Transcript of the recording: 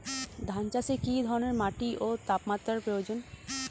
ধান চাষে কী ধরনের মাটি ও তাপমাত্রার প্রয়োজন?